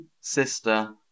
sister